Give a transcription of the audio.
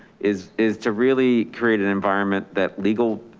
is is to really create an environment that legal,